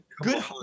good